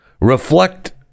reflect